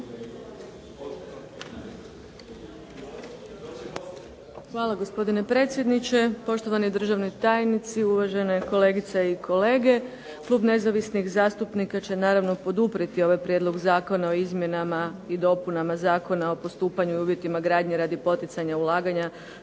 Hvala gospodine predsjedniče, uvaženi državni tajnici, uvažene kolegice i kolege. Klub nezavisnih zastupnika će poduprijeti ovaj Prijedlog zakona o izmjenama i dopunama Zakona o postupanjima i uvjetima gradnje radi poticanja ulaganja